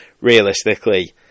realistically